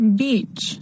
beach